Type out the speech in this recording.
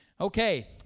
Okay